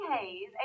Hayes